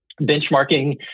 Benchmarking